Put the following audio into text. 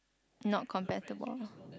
not compatible